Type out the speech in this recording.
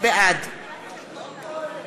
בעד